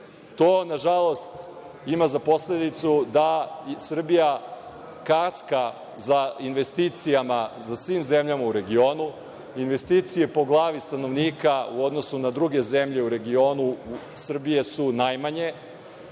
To, nažalost, ima za posledicu da Srbija kaska u investicijama za svim zemljama u regionu. Investicije Srbije po glavi stanovnika u odnosu na druge zemlje u regionu su najmanje.